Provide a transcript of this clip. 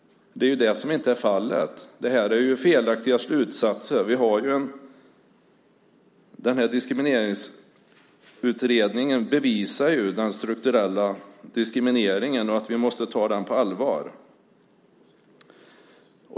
Det är ju det som inte är fallet. Det här är felaktiga slutsatser. Den här diskrimineringsutredningen bevisar ju den strukturella diskrimineringen och att vi måste ta den på allvar.